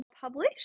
publish